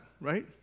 right